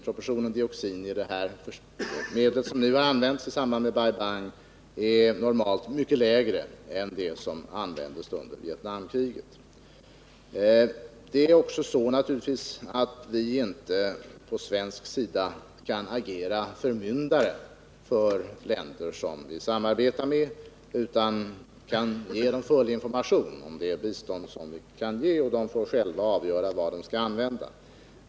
Proportionen dioxin i det medel som används i samband med Bai Bang-projektet är normalt mycket lägre än i det medel som användes under Vietnamkriget. Det är naturligtvis också så att vi på svensk sida inte kan agera förmyndare för länder som vi samarbetar med. Vi ger dem full information om det bistånd vi kan ge, och de får själva avgöra vad de skall välja.